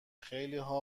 خیلیها